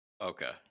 Okay